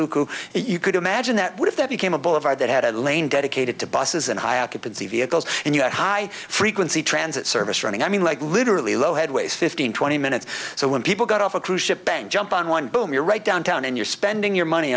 weather you could imagine that would if that became a ball of fire that had lain dedicated to buses and high occupancy vehicles and you had high frequency transit service running i mean like literally low headways fifteen twenty minutes so when people got off a cruise ship bang jump on one boom you're right downtown and you're spending your money